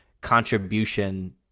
contribution